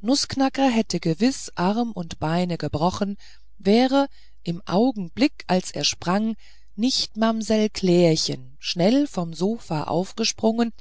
nußknacker hätte gewiß arm und beine gebrochen wäre im augenblick als er sprang nicht auch mamsell klärchen schnell vom sofa aufgesprungen